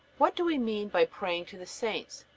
what do we mean by praying to the saints?